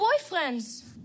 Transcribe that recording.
boyfriends